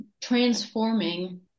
transforming